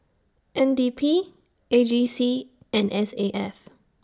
N D P A G C and S A F